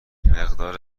مقدار